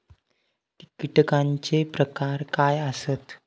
कीटकांचे प्रकार काय आसत?